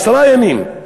עשרה ימים,